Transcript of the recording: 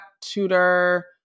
tutor